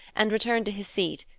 and returned to his seat,